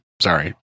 Sorry